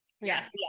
yes